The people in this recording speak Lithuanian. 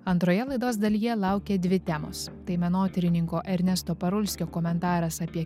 antroje laidos dalyje laukia dvi temos tai menotyrininko ernesto parulskio komentaras apie